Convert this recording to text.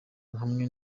hamwe